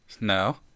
No